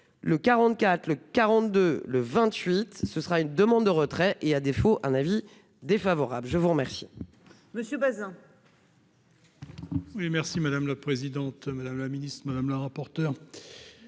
Le 44 le 42 le 28, ce sera une demande de retrait et à défaut un avis défavorable je vous remercie.